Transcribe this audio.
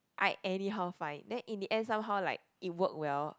I anyhow find then in the end somehow like it work well